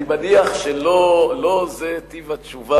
אני מניח שלא זה טיב התשובה